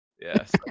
Yes